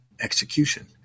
execution